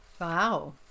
Wow